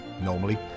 normally